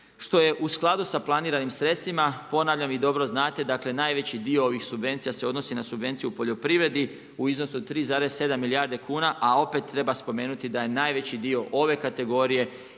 što je u skladu sa planiram sredstvima. Ponavljam, dobro znate najveći dio ovih subvencija se odnosi na subvencije u poljoprivredi u iznosu od 3,7 milijarde kuna, a opet treba spomenuti da je najveći dio ove kategorije